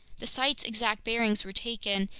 the site's exact bearings were taken,